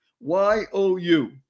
Y-O-U